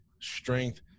strength